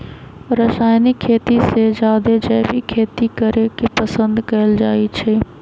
रासायनिक खेती से जादे जैविक खेती करे के पसंद कएल जाई छई